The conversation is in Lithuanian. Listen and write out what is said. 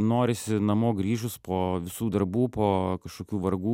norisi namo grįžus po visų darbų po kažkokių vargų